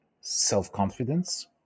self-confidence